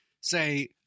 say